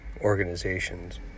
organizations